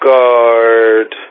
Guard